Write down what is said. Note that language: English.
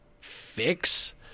fix